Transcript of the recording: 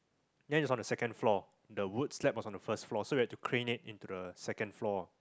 then it's on the second floor the wood slab was on the first floor so we called to crane it into the second floor